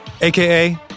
aka